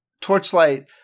Torchlight